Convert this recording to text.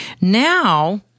now